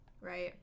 Right